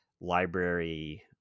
library